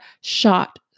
shot